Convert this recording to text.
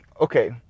Okay